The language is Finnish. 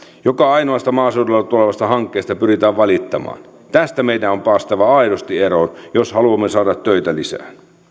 joka ainoasta maaseudulle tulevasta hankkeesta pyritään valittamaan tästä meidän on päästävä aidosti eroon jos haluamme saada töitä lisää